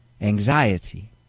anxiety